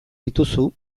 dituzu